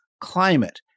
climate